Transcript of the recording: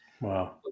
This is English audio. Wow